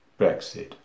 Brexit